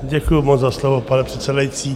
Děkuju moc za slovo, pane předsedající.